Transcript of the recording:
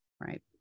right